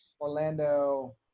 Orlando